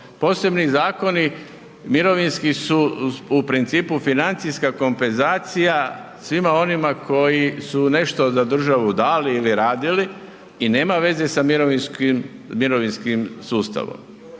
Posebni zakoni mirovinski su u principu financijska kompenzacija svima onima koji su nešto za državu dali ili radili i nema veze sa mirovinskim sustavom.